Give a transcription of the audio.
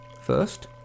First